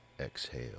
exhale